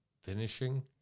finishing